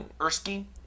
Erskine